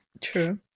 True